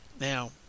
Now